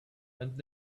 and